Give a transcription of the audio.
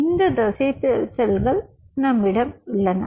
உங்களிடம் இந்த தசை செல்கள் உள்ளன